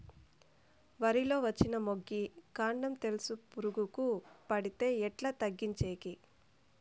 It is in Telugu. వరి లో వచ్చిన మొగి, కాండం తెలుసు పురుగుకు పడితే ఎట్లా తగ్గించేకి?